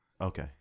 Okay